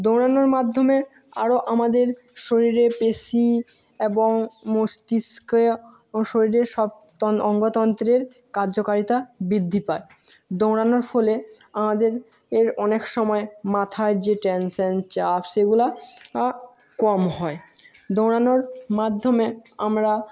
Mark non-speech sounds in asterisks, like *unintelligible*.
দৌড়ানোর মাধ্যমে আরও আমাদের শরীরে পেশি এবং মস্তিষ্কে ও শরীরে সব *unintelligible* অঙ্গতন্ত্রের কার্যকারিতা বৃদ্ধি পায় দৌড়ানোর ফলে আমাদের এর অনেক সময় মাথায় যে টেনশেন চাপ সেইগুলা কম হয় দৌড়ানোর মাধ্যমে আমরা